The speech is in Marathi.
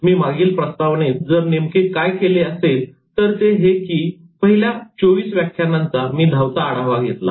मी मागील प्रस्तावनेत जर नेमके काय केले असेल तर ते हे की पहिल्या 24 व्याख्यानांचा मी धावता आढावा घेतला